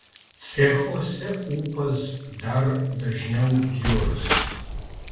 cechuose ūpas dar dažniau bjurs